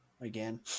again